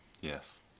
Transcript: Yes